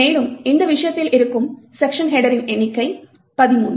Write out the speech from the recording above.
மேலும் இந்த விஷயத்தில் இருக்கும் செக்க்ஷன் ஹெட்டரின் எண்ணிக்கை 13